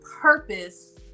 purpose